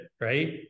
Right